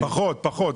פחות, פחות.